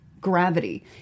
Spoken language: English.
gravity